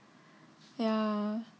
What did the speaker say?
ya